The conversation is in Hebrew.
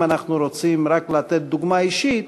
אם אנחנו רוצים רק לתת דוגמה אישית,